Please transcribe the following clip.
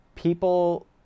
People